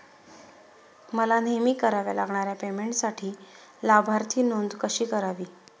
मला नेहमी कराव्या लागणाऱ्या पेमेंटसाठी लाभार्थी नोंद कशी करावी?